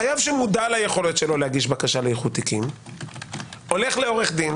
חייב שמודע ליכולת שלו להגיש בקשה לאיחוד תיקים הולך לעורך דין